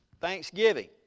Thanksgiving